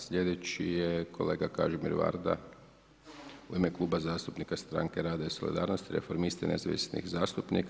Sljedeći je kolega Kažimir Varda u ime Kluba zastupnika Stranke rada i solidarnosti, Reformista i nezavisnih zastupnika.